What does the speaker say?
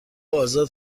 آزاد